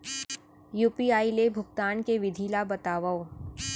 UPI ले भुगतान के विधि ला बतावव